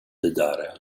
bedarre